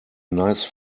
nice